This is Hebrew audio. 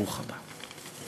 ברוך הבא.